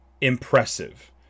impressive